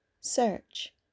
Search